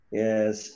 yes